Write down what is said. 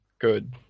good